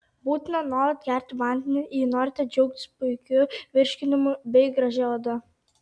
būtina nuolat gerti vandenį jei norite džiaugtis puikiu virškinimu bei gražia oda